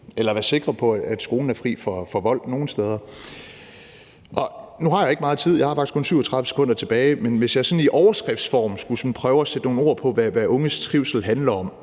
steder være sikre på, at skolen er fri for vold. Nu har jeg ikke meget tid, jeg har faktisk kun 37 sekunder tilbage, men hvis jeg sådan i overskriftsform skulle prøve at sætte nogle ord på, hvad unges trivsel handler om,